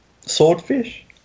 swordfish